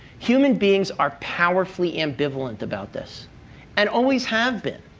human beings are powerfully ambivalent about this and always have been.